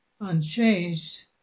unchanged